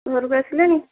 ଘରକୁ ଆସିଲେଣି